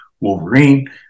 Wolverine